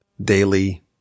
daily